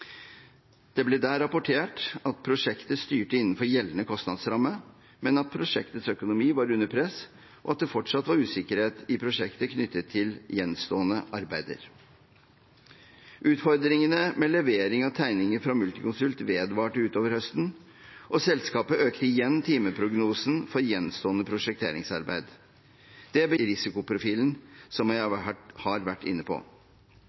Det ble der rapportert at prosjektet styrte innenfor gjeldende kostnadsramme, men at prosjektets økonomi var under press, og at det fortsatt var usikkerhet i prosjektet knyttet til gjenstående arbeider. Utfordringene med levering av tegninger fra Multiconsult vedvarte utover høsten, og selskapet økte igjen timeprognosen for gjenstående prosjekteringsarbeid. Det bidro sterkt til den negative utviklingen i risikoprofilen, som jeg har vært inne på.